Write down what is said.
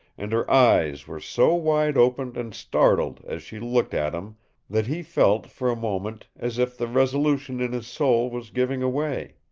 and her eyes were so wide-open and startled as she looked at him that he felt, for a moment, as if the resolution in his soul was giving way.